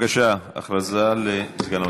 בבקשה, הודעה לסגן המזכירה.